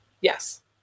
Yes